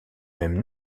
même